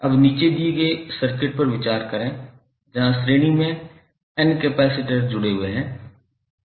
अब नीचे दिए गए सर्किट पर विचार करें जहां श्रेणी में n कैपेसिटर जुड़े हुए हैं